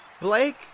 Blake